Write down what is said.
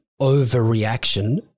overreaction